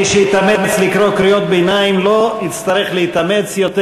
מי שיתאמץ לקרוא קריאות ביניים לא יצטרך להתאמץ יותר,